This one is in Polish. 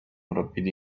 robili